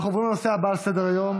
אנחנו עוברים לנושא הבא על סדר-היום.